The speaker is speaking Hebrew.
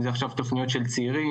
אם זה עכשיו תוכניות של צעירים,